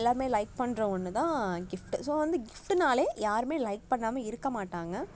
எல்லோருமே லைக் பண்ணுற ஒன்று தான் கிஃப்ட்டு ஸோ வந்து கிஃப்ட்டுனாலே யாருமே லைக் பண்ணாமல் இருக்க மாட்டாங்க